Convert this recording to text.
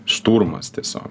šturmas tiesiog